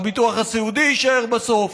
הביטוח הסיעודי יישאר בסוף,